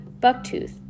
Bucktooth